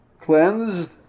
cleansed